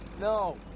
No